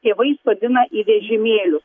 tėvai sodina į vežimėlius